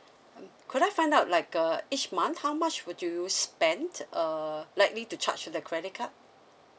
mm could I find out like uh each month how much would you spent uh likely to charge to the credit card